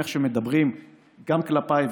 עם איך שהם מדברים גם אליי,